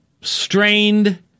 strained